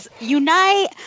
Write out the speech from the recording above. Unite